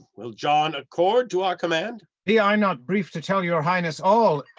will john accord to our command? be i not brief to tell your highness all,